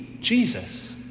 Jesus